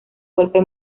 golpe